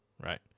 right